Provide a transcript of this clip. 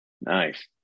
Nice